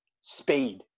speed